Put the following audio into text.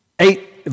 Eight